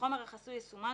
החומר החסוי יסומן,